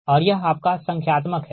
और यह आपका संख्यात्मक हैं